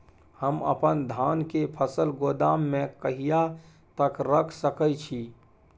हम अपन धान के फसल गोदाम में कहिया तक रख सकैय छी?